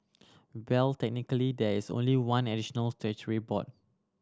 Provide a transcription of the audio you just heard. well technically there is only one additional statutory board